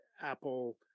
Apple